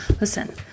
Listen